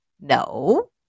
No